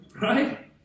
Right